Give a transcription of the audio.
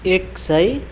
एक सय